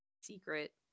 secret